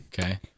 Okay